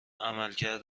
عملکرد